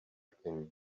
can